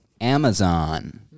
Amazon